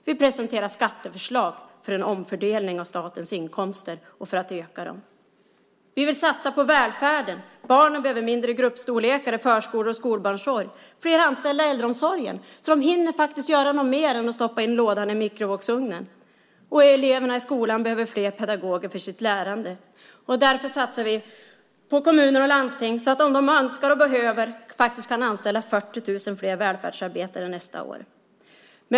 Vi presenterar skatteförslag för en omfördelning av statens inkomster och för att öka dem. Vi vill satsa på välfärden. Barnen behöver mindre gruppstorlekar i förskolor och skolbarnomsorg. Det behövs fler anställda i äldreomsorgen så att de hinner göra mer än att stoppa in matlådan i mikrovågsugnen. Eleverna i skolan behöver fler pedagoger i skolan för sitt lärande. Därför satsar vi på kommuner och landsting så att de om de önskar och behöver kan anställa 40 000 fler välfärdsarbetare nästa år.